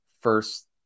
first